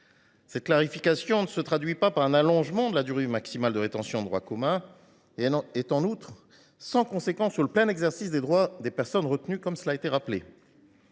Cette clarification ne se traduit pas par un allongement de la durée maximale de rétention de droit commun. Elle est en outre sans conséquence sur le plein exercice des droits des personnes retenues. En fait, cette